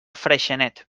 freixenet